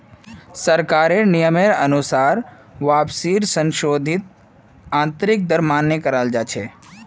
सरकारेर नियमेर अनुसार वापसीर संशोधित आंतरिक दर मान्य कराल जा छे